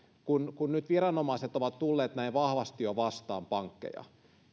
kun kun nyt viranomaiset ovat tulleet näin vahvasti jo vastaan pankkeja